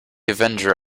avenger